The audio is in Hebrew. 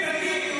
תגיד.